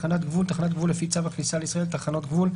״תחנת גבול״ - תחנת גבול לפי צו הכניסה לישראל (תחנות גבול),